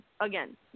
Again